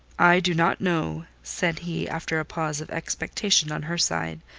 i do not know, said he, after a pause of expectation on her side,